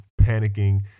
panicking